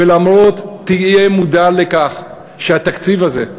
תהיה מודע לכך שהתקציב הזה,